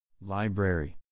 Library